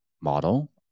model